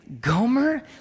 Gomer